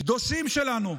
קדושים שלנו.